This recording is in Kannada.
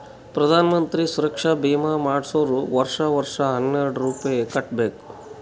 ಪ್ರಧಾನ್ ಮಂತ್ರಿ ಸುರಕ್ಷಾ ಭೀಮಾ ಮಾಡ್ಸುರ್ ವರ್ಷಾ ವರ್ಷಾ ಹನ್ನೆರೆಡ್ ರೂಪೆ ಕಟ್ಬಬೇಕ್